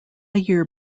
year